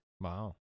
Wow